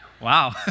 Wow